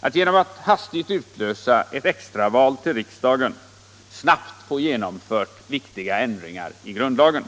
att genom att hastigt utlösa extra val till riksdagen snabbt få viktiga ändringar genomförda i grundlagen.